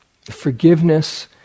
Forgiveness